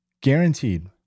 Guaranteed